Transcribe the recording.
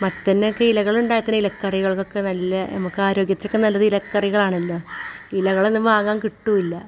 മത്തന് ഒക്കെ തന്നെ ഇലകൾ ഉണ്ടാക്കാണ ഇല കറികൾ ഒക്കെക്ക് നലേ നമുക്ക് ആരോഗ്യത് ഒക്കെ നല്ലത് ഇല കറികൾ ആണല്ലോ ഇലകൾ ഒന്നും വാങ്ങാൻ കിട്ടില്ല